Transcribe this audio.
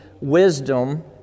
wisdom